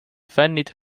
fännid